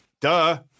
duh